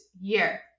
year